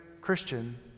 christian